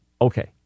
Okay